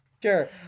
Sure